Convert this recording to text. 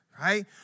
Right